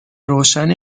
روشن